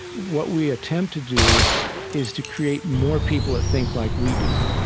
what we attempt to do is to create more people that think like we do,